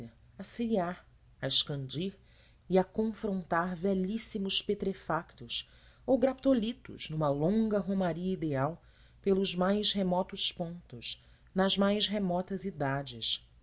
seriar a escandir e a confrontar velhíssimos petrefatos ou graptólitos numa longa romaria ideal pelos mais remotos pontos nas mais remotas idades